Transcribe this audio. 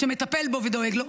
שמטפל בו ודואג לו,